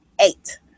eight